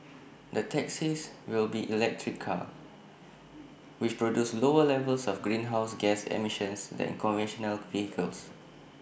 the taxis will be electric cars which produce lower levels of greenhouse gas emissions than conventional vehicles